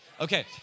Okay